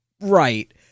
Right